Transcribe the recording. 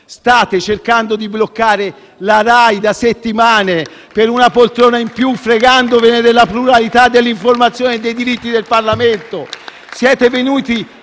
State cercando di bloccare la RAI da settimane per una poltrona in più, fregandovene della pluralità dell'informazione e dei diritti del Parlamento. Siete venuti